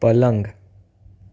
પલંગ